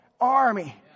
army